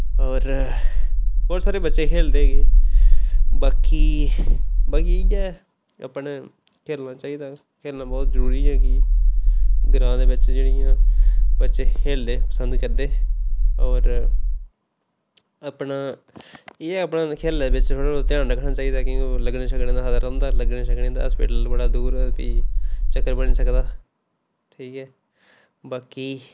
होर बौह्त सारे बच्चे खेलदे बाकी बाकी इ'यै ऐ अपने खेलना चाहिदा खेलना बौह्त जरूरी ऐ कि ग्रांऽ दे बिच्च जेह्ड़ियां बच्चे खेलदे पसंद करदे होर अपना एह् अपना खेलने दे बिच्च थोह्ड़ा बौह्ता ध्यान रक्खना चाहिदा कि लग्गने शग्गने दा खतरा रौंह्दा लग्गने शग्गने दा हस्पिटल बड़ै दूर ऐ फ्ही चक्कर बनी सकदा ठीक ऐ बाकी